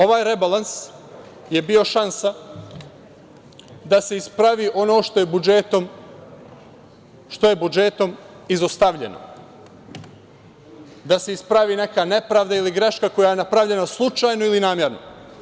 Ovaj rebalans je bio šansa da se ispravi ono što je budžetom izostavljeno, da se ispravi neka nepravda ili greška koja je napravljena slučajno ili namerno.